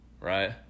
right